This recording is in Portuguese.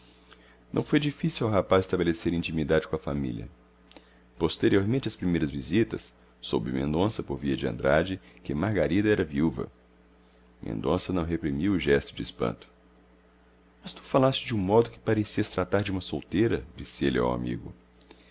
não foi difícil ao rapaz estabelecer intimidade com a família posteriormente às primeiras visitas soube mendonça por via de andrade que margarida era viúva mendonça não reprimiu o gesto de espanto mas tu falaste de um modo que parecias tratar de uma solteira disse ele ao amigo